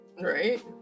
Right